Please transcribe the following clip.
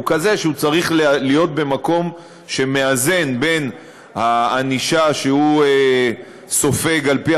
הם כאלה שהוא צריך להיות במקום שמאזן את הענישה שהוא סופג לפי